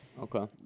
Okay